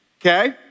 Okay